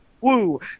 woo